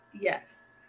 yes